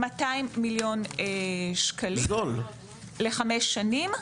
200 מיליון שקלים לחמש שנים.